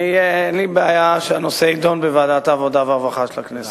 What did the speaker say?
אין לי בעיה שהנושא יידון בוועדת העבודה והרווחה של הכנסת.